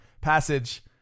Passage